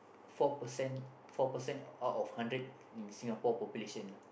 four percent four percent out of hundred in Singapore population ah